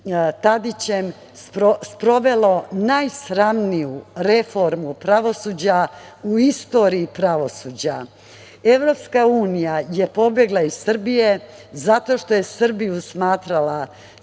Tadićem, sprovelo najsramniju reformu pravosuđa u istoriji pravosuđa. Evropska unija je pobegla iz Srbije zato što je Srbiju smatrala